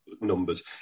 numbers